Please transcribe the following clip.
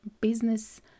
business